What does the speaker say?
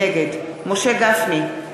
נגד משה גפני,